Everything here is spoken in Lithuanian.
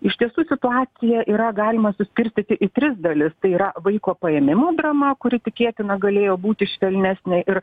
iš tiesų situacija yra galima suskirstyti į tris dalis tai yra vaiko paėmimo drama kuri tikėtina galėjo būti švelnesnė ir